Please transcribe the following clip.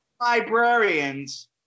Librarians